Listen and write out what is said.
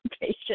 patient